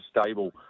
stable